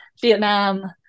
Vietnam